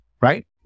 right